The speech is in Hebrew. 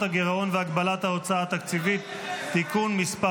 הגירעון והגבלת ההוצאה התקציבית (תיקון מס'